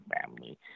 family